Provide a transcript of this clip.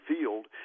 field